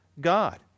God